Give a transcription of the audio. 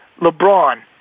LeBron